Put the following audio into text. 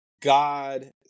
God